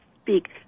speak